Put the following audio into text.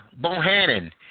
Bohannon